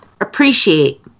appreciate